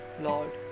Lord